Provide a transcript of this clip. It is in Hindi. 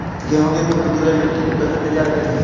गेहूँ की फसल के लिए मिट्टी को कैसे तैयार करें?